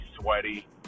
sweaty